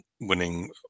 winning